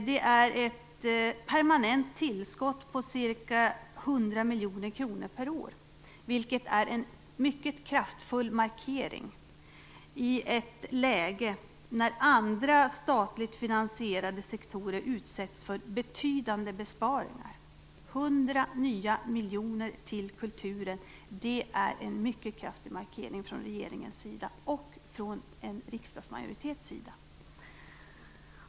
Det är ett permanent tillskott på ca 100 miljoner kronor per år, vilket är en mycket kraftfull markering i ett läge när andra statligt finansierade sektorer utsätts för betydande besparingar. 100 nya miljoner till kulturen är en mycket kraftig markering från regeringen och från riksdagsmajoriteten.